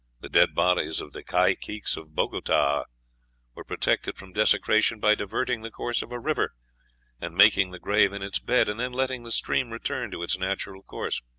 the dead bodies of the caciques of bogota were protected from desecration by diverting the course of a river and making the grave in its bed, and then letting the stream return to its natural course.